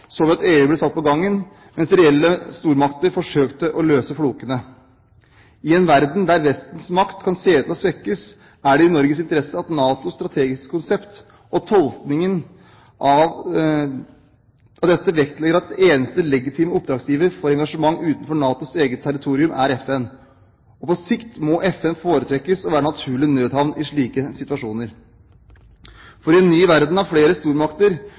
så vi at EU ble satt på gangen, mens reelle stormakter forsøkte å løse flokene. I en verden der Vestens makt kan se ut til å svekkes, er det i Norges interesse at NATOs strategiske konsept og tolkningen av dette vektlegger at den eneste legitime oppdragsgiver for engasjement utenfor NATOs eget territorium er FN. På sikt må FN foretrekkes å være naturlig nødhavn i slike situasjoner, for i en ny verden av flere stormakter